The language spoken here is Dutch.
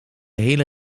hele